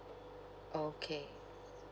okay